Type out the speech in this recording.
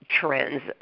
trends